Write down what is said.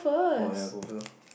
orh then I go first loh